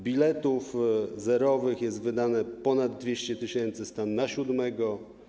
Biletów zerowych jest wydanych ponad 200 tys. - stan na siódmego.